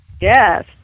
Yes